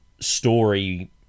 story